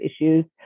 issues